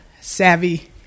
savvy